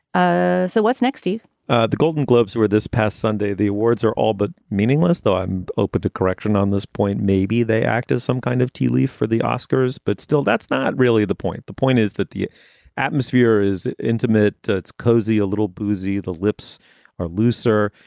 ah so what's next? ah the golden globes were this past sunday. the awards are all but meaningless, though i'm open to correction on this point. maybe they act as some kind of tealeaf for the oscars. but still, that's not really the point. the point is that the atmosphere is intimate, it's cozy, a little boozy. the lips are looser.